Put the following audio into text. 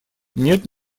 нет